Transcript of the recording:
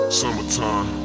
summertime